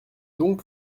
donc